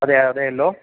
അതെ അതേല്ലോ